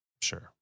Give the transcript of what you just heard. sure